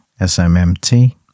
SMMT